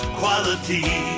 quality